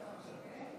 בבקשה.